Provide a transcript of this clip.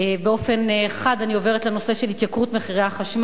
באופן חד אני עוברת לנושא של התייקרות מחירי החשמל.